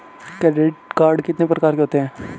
Credit card कितने प्रकार के होते हैं?